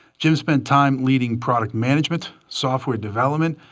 jim spent time leading product management, software development,